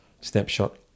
snapshot